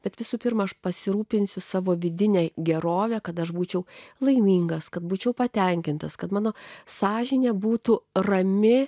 bet visų pirma aš pasirūpinsiu savo vidine gerove kad aš būčiau laimingas kad būčiau patenkintas kad mano sąžinė būtų rami